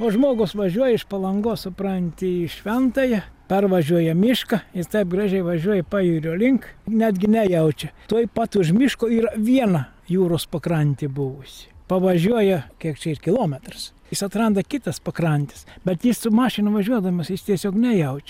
o žmogus važiuoja iš palangos supranti į šventąją pervažiuoja mišką ir taip gražiai važiuoja pajūrio link netgi nejaučia tuoj pat už miško yra viena jūros pakrantė buvusi pavažiuoja kiek čia yr kilometras jis atranda kitas pakrantes bet jis su mašinu važiuodamas jis tiesiog nejaučia